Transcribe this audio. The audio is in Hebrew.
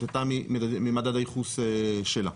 סטתה ממדד הייחוס שלה.